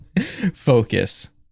focus